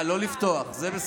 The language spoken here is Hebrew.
אה, לא לפתוח, זה בסדר.